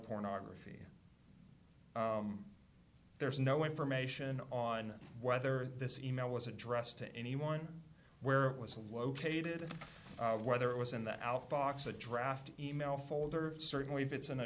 pornography there's no information on whether this e mail was addressed to anyone where it was located whether it was in the outbox a draft e mail folder certainly if it's in a